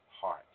heart